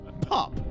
pop